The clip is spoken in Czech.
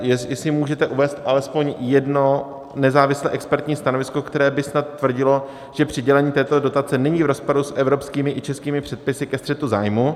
Jestli můžete uvést alespoň jedno nezávislé expertní stanovisko, které by snad tvrdilo, že přidělení této dotace není v rozporu s evropskými i českými předpisy ke střetu zájmu.